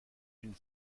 une